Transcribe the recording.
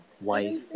wife